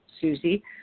Susie